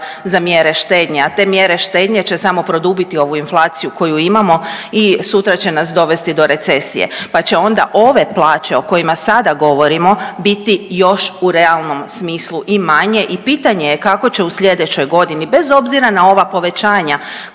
za mjere štednje, a te mjere štednje će samo produbiti ovu inflaciju koju imamo i sutra će nas dovesti do recesije, pa će onda ove plaće o kojima sada govorimo biti još u realnom smislu i manje i pitanje je kako će u slijedećoj godini bez obzira na ova povećanja